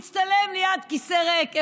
מצטלם ליד כיסא ריק.